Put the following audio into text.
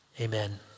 amen